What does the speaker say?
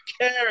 care